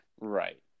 Right